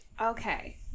Okay